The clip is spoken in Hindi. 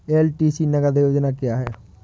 एल.टी.सी नगद योजना क्या है?